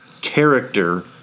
character